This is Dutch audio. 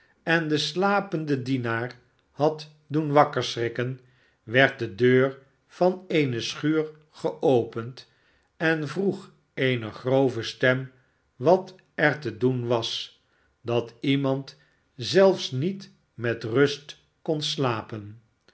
en den slapenden dienaar had doen wakker schrikken werd de deur van eeneschuur geopend en vroeg eene grove stem wat er te doen was dat iemand zelfs niet met rust kon slapen